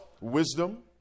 wisdom